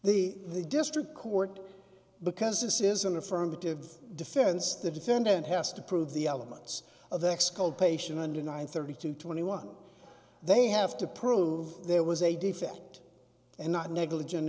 the the district court because this is an affirmative defense the defendant has to prove the elements of exculpation under nine thirty two twenty one they have to prove there was a defect and not negligent